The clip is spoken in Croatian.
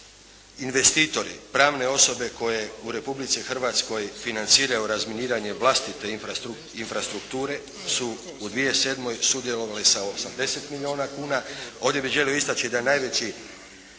investitori. Pravne osobe koje u Republici Hrvatskoj financiraju razminiranje vlastite infrastrukture su u 2007. sudjelovali sa 80 milijuna kuna. Ovdje bih želio istaći da je najveći